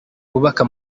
bubaka